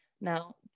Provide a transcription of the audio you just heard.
Now